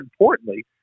importantly